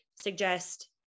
suggest